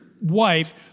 wife